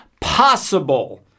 possible